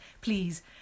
please